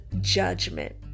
judgment